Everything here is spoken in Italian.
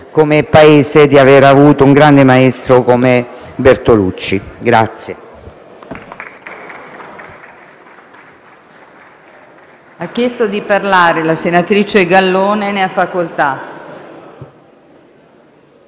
come Paese, per aver avuto un grande maestro come Bertolucci.